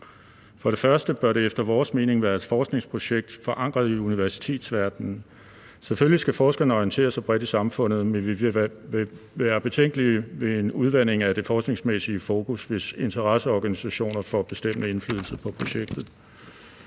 For det første bør det efter vores mening være et forskningsprojekt forankret i universitetsverdenen. Selvfølgelig skal forskerne orientere sig bredt i samfundet, men vi vil være betænkelige ved en udvanding af det forskningsmæssige fokus, hvis interesseorganisationer får bestemte indflydelser på projektet.